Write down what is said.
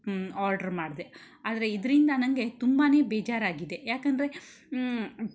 order ಮಾಡಿದೆ ಆದರೆ ಇದರಿಂದ ನನಗೆ ತುಂಬಾ ಬೇಜಾರಾಗಿದೆ ಯಾಕಂದರೆ